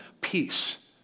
peace